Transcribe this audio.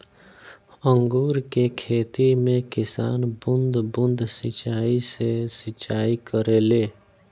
अंगूर के खेती में किसान बूंद बूंद सिंचाई से सिंचाई करेले